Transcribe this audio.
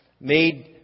Made